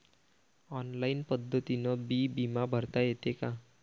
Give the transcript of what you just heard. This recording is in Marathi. ऑनलाईन पद्धतीनं बी बिमा भरता येते का?